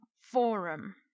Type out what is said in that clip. Forum